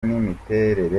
n’imiterere